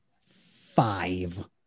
five